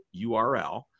URL